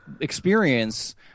experience